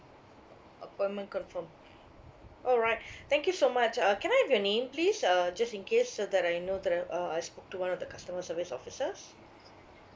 appointment confirmed alright thank you so much uh can I have your name please uh just in case so that I know that I uh I spoke to one of the customer service officers